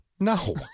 No